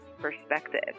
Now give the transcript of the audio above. Perspective